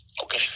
okay